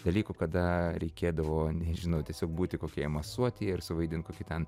dalykų kada reikėdavo nežinau tiesiog būti kokioje masuotėje ir suvaidint kokį ten